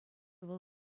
вӑл